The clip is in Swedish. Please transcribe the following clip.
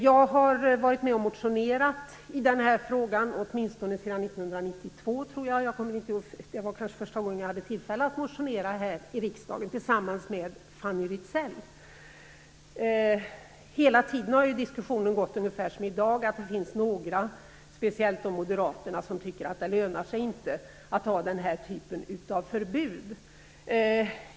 Jag har varit med och motionerat i den här frågan sedan åtminstone 1992, vilket kanske var mitt första tillfälle att motionera här i riksdagen, tillsammans med Fanny Rizell. Hela tiden har diskussionen varit ungefär densamma som i dag. Det finns några, speciellt då moderaterna, som tycker att det inte lönar sig att ha den här typen av förbud.